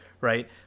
Right